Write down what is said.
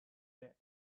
back